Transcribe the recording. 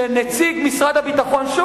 שנציג משרד הביטחון,